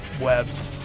webs